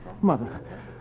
Mother